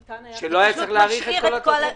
ניתן היה -- שלא היה צריך להאריך את כל התוספת?